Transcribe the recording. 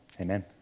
amen